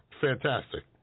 fantastic